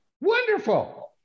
Wonderful